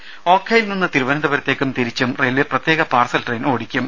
രുമ ഓഖയിൽ നിന്ന് തിരുവന്തപുരത്തേക്കും തിരിച്ചും റെയിൽവേ പ്രത്യേക പാർസൽ ട്രെയിൻ ഓടിക്കും